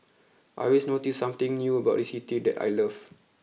I always notice something new about this city that I love